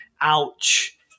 Ouch